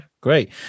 great